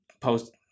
post